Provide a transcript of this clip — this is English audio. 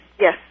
Yes